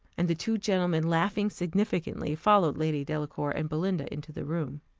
and the two gentlemen laughing significantly, followed lady delacour and belinda into the rooms.